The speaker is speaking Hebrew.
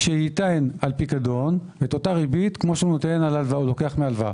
שייתן על פיקדון את אותה ריבית כמו שהוא לוקח על הלוואה.